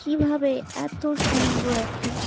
কীভাবে এত সুন্দর একটা